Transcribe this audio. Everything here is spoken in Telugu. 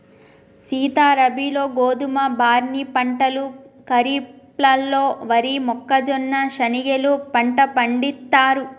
సీత రబీలో గోధువు, బార్నీ పంటలు ఖరిఫ్లలో వరి, మొక్కజొన్న, శనిగెలు పంట పండిత్తారు